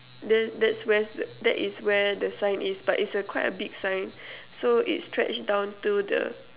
the that's where that is where the sign is but is a quite a big sign so it stretch down to the